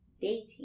dating